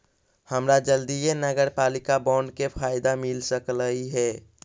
हमरा जल्दीए नगरपालिका बॉन्ड के फयदा मिल सकलई हे